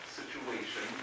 situation